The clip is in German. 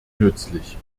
nützlich